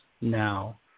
now